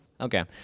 Okay